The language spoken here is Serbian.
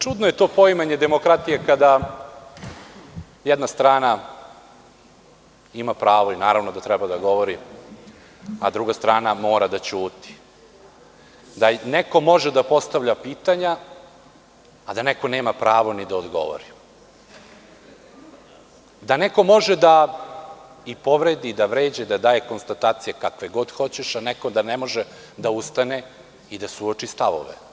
Čudno je to poimanje demokratije kada jedna strana ima pravo i naravno da treba da govori, a druga strana mora da ćuti, da neko može da postavlja pitanje, a da neko nema pravo ni da odgovori, da neko može da povredi, vređa i daje konstatacije kakve god hoćete, a neko da ne može da ustane i da suoči stavove.